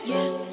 Yes